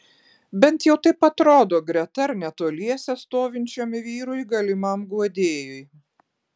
bent jau taip atrodo greta ar netoliese stovinčiam vyrui galimam guodėjui